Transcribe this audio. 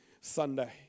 Sunday